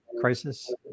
crisis